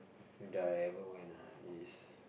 that I ever went ah is